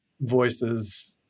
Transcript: voices